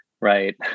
right